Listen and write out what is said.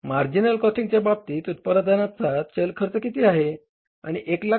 marginal कॉस्टच्या बाबतीत उत्पादनाचे चल खर्च किती आहे